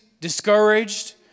discouraged